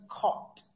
caught